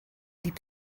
дип